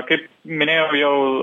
kaip minėjau jau